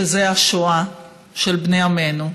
שזה השואה של בני עמנו.